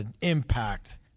impact